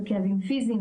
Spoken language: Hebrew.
בכאבים פיזיים,